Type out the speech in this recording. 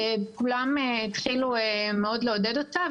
כולם התחילו מאוד לעודד אותה,